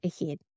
ahead